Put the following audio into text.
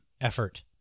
effort